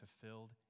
fulfilled